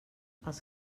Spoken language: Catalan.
els